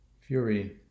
fury